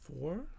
four